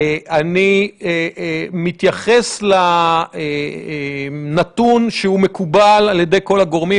אני מתייחס לנתון שמקובל על ידי כל הגורמים,